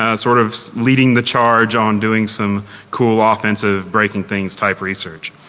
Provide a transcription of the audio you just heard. ah sort of leading the charge on doing some cool offensive breaking things type research.